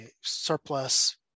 surplus